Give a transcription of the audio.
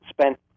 spent